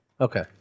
Okay